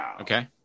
okay